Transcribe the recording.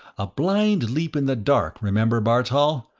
a blind leap in the dark, remember, bartol.